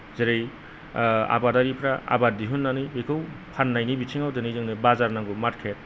जेरै आबादारिफ्रा आबाद दिहुन्नानै बेखौ फान्नायनि बिथिंआव दोनै जोंनो बाजार नांगौ मार्केत